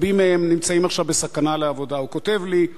רבים מהם נמצאים עכשיו בסכנה למקום העבודה הוא כותב לי: